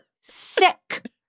sick